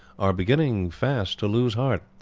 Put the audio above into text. are beginning fast to lose heart.